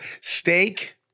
steak